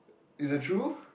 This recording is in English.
it's the truth